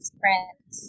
friends